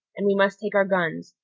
and we must take our guns.